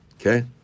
okay